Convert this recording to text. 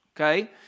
Okay